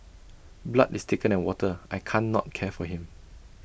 blood is thicker than water I can't not care for him